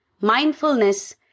Mindfulness